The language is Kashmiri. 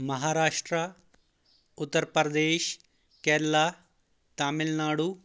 مہاراشٹرا اُتر پَردَیش کَیٚرَلا تامِل ناڈوٗ